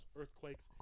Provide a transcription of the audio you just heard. earthquakes